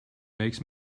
makes